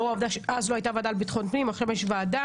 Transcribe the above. לאור העובדה שאז לא היתה ועדה לביטחון פנים לכם יש ועדה.